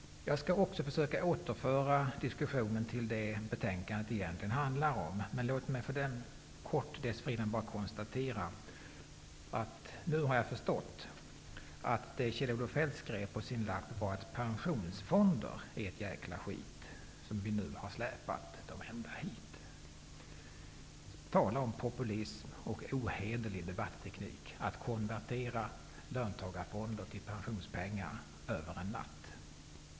Jag skall också försöka återföra diskussionen till det som betänkandet egentligen handlar om. Men låt mig dessförinnan kortfattat konstatera att jag nu har förstått att det som Kjell-Olof Feldt skrev på sin lapp var: Pensionsfonder är ett jäkla skit som vi nu har släpat ända hit. Tala om populism och ohederlig debatteknik att konvertera löntagarfonder till pensionspengar över en natt.